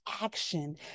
action